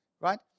Right